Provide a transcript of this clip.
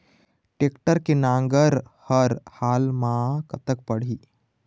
Tractor के नांगर हर हाल मा कतका पड़िही?